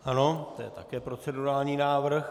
Ano, to je také procedurální návrh.